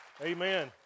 Amen